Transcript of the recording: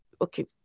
okay